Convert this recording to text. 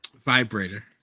vibrator